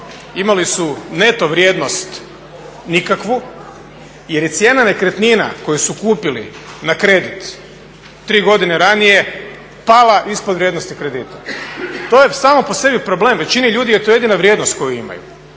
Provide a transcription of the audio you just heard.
imali su neto vrijednost nikakvu jer je cijena nekretnina koju su kupili na kredit tri godine ranije pala ispod vrijednosti kredita. To je samo po sebi problem, većini ljudi je to jedina vrijednost koju imaju